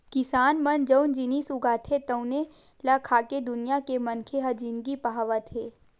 किसान मन जउन जिनिस उगाथे तउने ल खाके दुनिया के मनखे ह जिनगी पहावत हे